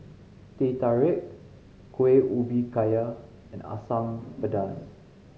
Teh Tarik Kuih Ubi Kayu and Asam Pedas